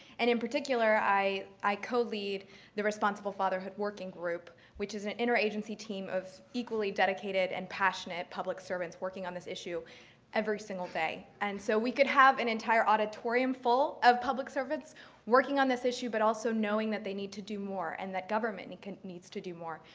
and in particular, i i co-lead the responsible fatherhood working group, which is an interagency team of equally dedicated and passionate public servants working on this issue every single day. and so we could have an entire auditorium full of public servants working on this issue. but also knowing that they need to do more and that government needs to do more,